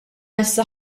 issa